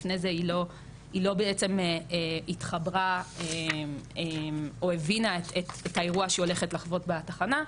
לפני זה היא לא בעצם התחברה או הבינה את האירוע שהיא הולכת לחוות בתחנה.